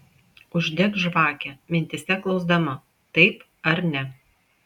uždek žvakę mintyse klausdama taip ar ne